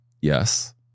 Yes